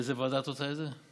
באיזו ועדה את רוצה את זה?